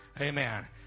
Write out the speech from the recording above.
Amen